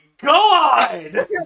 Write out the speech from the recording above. God